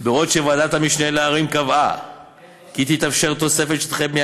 בעוד ועדת המשנה לעררים קבעה כי תתאפשר תוספת שטחי בנייה